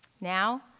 Now